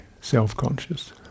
self-conscious